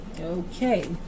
Okay